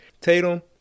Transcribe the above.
Tatum